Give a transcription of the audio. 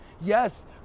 Yes